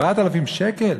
7,000 שקל,